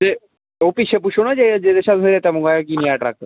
ते ओह् पिच्छे पुच्छो ना जे जेह्दे शा तुसें रेत्ता मंगोआया की निं आया ट्रक